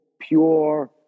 pure